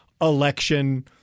election